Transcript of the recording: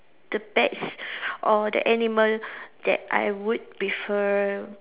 the bats or the animal that I would prefer